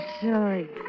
sorry